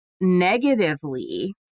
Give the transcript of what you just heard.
negatively